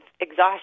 exhaustion